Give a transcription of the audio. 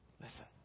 Listen